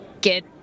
get